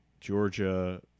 Georgia